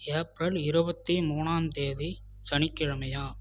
April இருபத்தி மூணாம் தேதி சனிக்கிழமையா